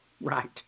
Right